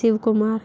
Shivkumar